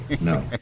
no